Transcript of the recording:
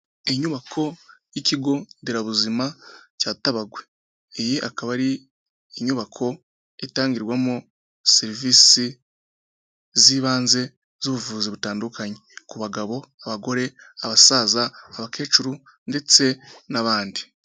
Inyubako y'Ikigo nderabuzima cya Tabagwe, iyi akaba ari inyubako itangirwamo serivisi z'ibanze z'ubuvuzi butandukanye, ku bagabo, abagore, abasaza, abakecuru ndetse n'abandi.